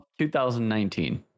2019